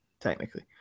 technically